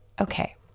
Okay